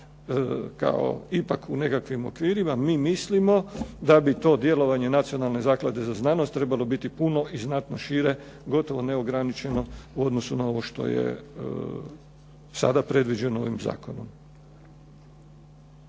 kao ipak u nekakvim okvirima. Mi mislimo da bi to djelovanje Nacionalne naklade za znanost trebalo biti puno i znatno šire gotovo neograničeno u odnosu na ovo što je sada predviđeno ovim zakonom.